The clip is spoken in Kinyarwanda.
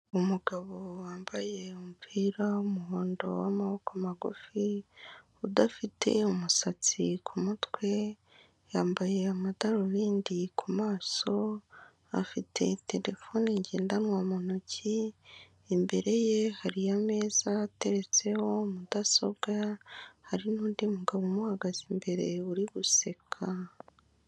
Umugabo wambaye umupira wumuhondo waamaboko magufi udafite umusatsi kumutwe yambaye amadarubindi ku maso afite terefone ngendanwa mu ntoki imbere ye hari ameza ateretseho mudasobwa hari nndi mugabo umuhagaze imbere uri guseka.